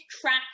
track